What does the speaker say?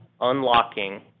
unlocking